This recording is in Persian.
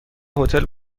هتل